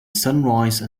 sunrise